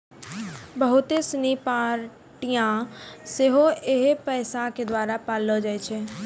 बहुते सिनी पार्टियां सेहो इहे पैसा के द्वारा पाललो जाय छै